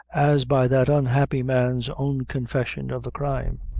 as by that unhappy man's own confession of the crime.